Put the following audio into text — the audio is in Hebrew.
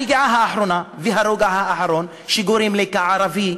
הרגיעה האחרונה, הרוגע האחרון שגורם לי, כערבי,